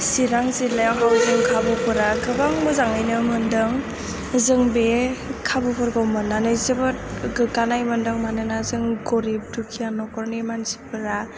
चिरां जिल्लायाव हाउसिंं खाबुफोरा गोबां मोजाङैनो मोनदों जों बे खाबुफोरखौ मोननानै जोबोद गोग्गानाय मोनदों मानोना जों गरिब दुखिया न'खरनि मानसिफोरा